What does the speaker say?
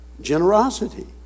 generosity